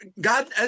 God